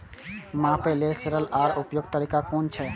मापे लेल सरल आर उपयुक्त तरीका कुन छै?